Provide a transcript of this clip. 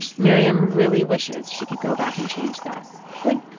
miriam really wishes she could go back and change that like,